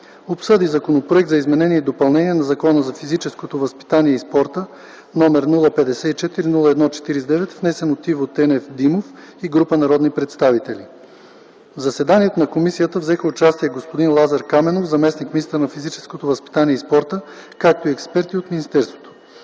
обсъди Законопроект за изменение и допълнение на Закона за физическото възпитание и спорта, № 054-01-49, внесен от Иво Тенев Димов и група народни представители. В заседанието на комисията взеха участие господин Лазар Каменов – заместник-министър на физическото възпитание и спорта, както и експерти от министерството.